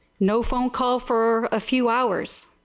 no phone call for a few hours.